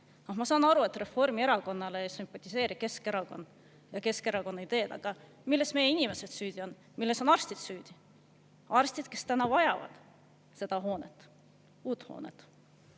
Ma saan aru, et Reformierakonnale ei sümpatiseeri Keskerakond ja Keskerakonna ideed, aga milles meie inimesed süüdi on, milles on arstid süüdi, arstid, kes täna vajavad seda hoonet, uut hoonet?